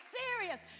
serious